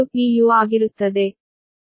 u ಆಗಿರುತ್ತದೆ